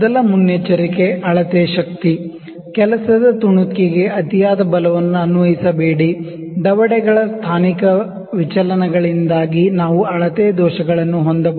ಮೊದಲ ಮುನ್ನೆಚ್ಚರಿಕೆ ಅಳತೆ ಶಕ್ತಿ ವರ್ಕ್ ಪೀಸ್ ಅತಿಯಾದ ಬಲವನ್ನು ಅನ್ವಯಿಸಬೇಡಿ ದವಡೆಗಳ ಸ್ಥಾನಿಕ ವಿಚಲನಗಳಿಂದಾಗಿ ನಾವು ಅಳತೆ ದೋಷಗಳನ್ನು ಹೊಂದಬಹುದು